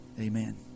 amen